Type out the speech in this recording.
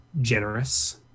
generous